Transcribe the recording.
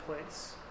place